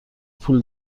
پول